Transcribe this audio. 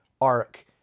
arc